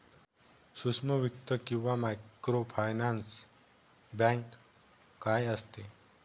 सूक्ष्म वित्त किंवा मायक्रोफायनान्स बँक काय असते?